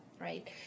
right